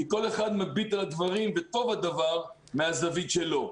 כי כל אחד מביט על הדברים וטוב הדבר מהזווית שלו.